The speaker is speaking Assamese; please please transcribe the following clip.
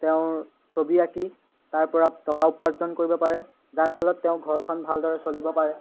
তেওঁৰ ছবি আঁকি তাৰ পৰা টকা উপাৰ্জন কৰিব পাৰে যাৰ ফলত তেওঁ ঘৰখন ভালদৰে চলিব পাৰে